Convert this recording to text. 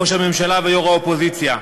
ראש הממשלה ויושב-ראש האופוזיציה.